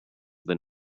than